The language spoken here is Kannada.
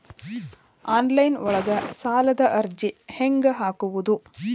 ಆನ್ಲೈನ್ ಒಳಗ ಸಾಲದ ಅರ್ಜಿ ಹೆಂಗ್ ಹಾಕುವುದು?